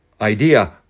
idea